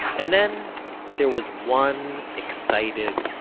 and then there was one, excited,